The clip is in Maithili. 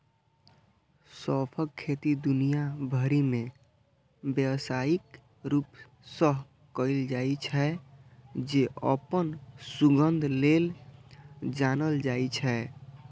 सौंंफक खेती दुनिया भरि मे व्यावसायिक रूप सं कैल जाइ छै, जे अपन सुगंध लेल जानल जाइ छै